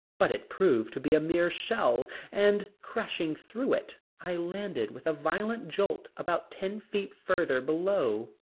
but it proved to be a mere shell, and crashing through it i landed with a violent jolt about ten feet further below.